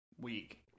week